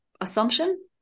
assumption